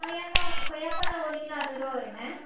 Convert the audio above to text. கொய்யாக்காய் கொய்யாப்பழம் ஒரு கிலோ அறுபதுருவா வருங்க